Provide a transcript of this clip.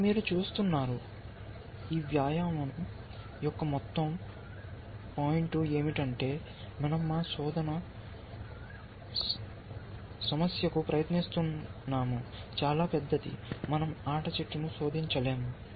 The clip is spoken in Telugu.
కానీ మీరు చూస్తారు ఈ వ్యాయామం యొక్క మొత్తం పాయింట్ ఏమిటంటే మన০ మా శోధన సమస్యకు ప్రయత్నిస్తున్నాము చాలా పెద్దది మన০ ఆట చెట్టును శోధించలేము